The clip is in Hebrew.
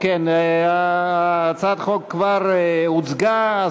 הצעת החוק כבר הוצגה,